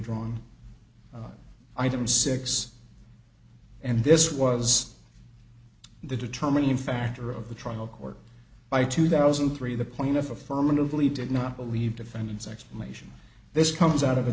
drawn item six and this was the determining factor of the trial court by two thousand and three the plaintiff affirmatively did not believe defendant's explanation this comes out of a